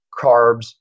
carbs